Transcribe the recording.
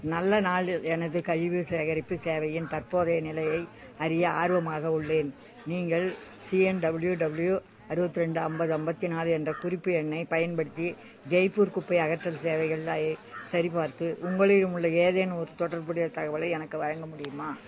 நல்ல நாளில் எனது கழிவு சேகரிப்பு சேவையின் தற்போதைய நிலையை அறிய ஆர்வமாக உள்ளேன் நீங்கள் சிஎன்டபுள்யூடபுள்யூ அறுபத்தி ரெண்டு ஐம்பது ஐம்பத்தி நாலு என்ற குறிப்பு எண்ணைப் பயன்படுத்தி ஜெய்ப்பூர் குப்பை அகற்றல் சேவைகளை சரிப்பார்த்து உங்களிடம் உள்ள ஏதேனும் ஒரு தொடர்புடைய தகவலை எனக்கு வழங்க முடியுமா